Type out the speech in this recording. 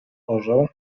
orzeł